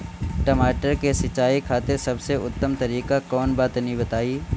टमाटर के सिंचाई खातिर सबसे उत्तम तरीका कौंन बा तनि बताई?